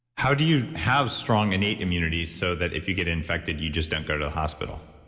how do you have strong innate immunity so that if you get infected, you just don't go to the hospital?